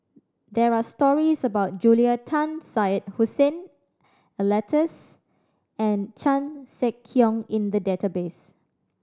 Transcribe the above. there are stories about Julia Tan Syed Hussein Alatas and Chan Sek Keong in the database